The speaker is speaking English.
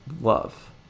love